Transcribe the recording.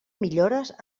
millores